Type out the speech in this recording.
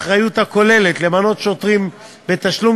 האחריות הכוללת למנות שוטרים בתשלום